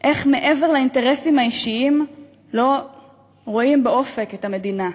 איך מעבר לאינטרסים האישיים לא רואים באופק את המדינה.